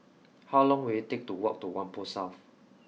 how long will it take to walk to Whampoa South